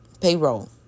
payroll